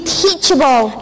teachable